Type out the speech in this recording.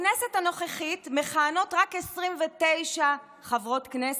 בכנסת הנוכחית מכהנות רק 29 חברות כנסת,